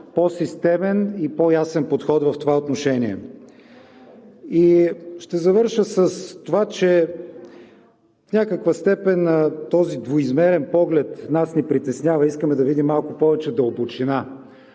по-системен и по-ясен подход в това отношение. Ще завърша с това, че в някаква степен този двуизмерен поглед нас ни притеснява. Искаме да видим малко повече дълбочина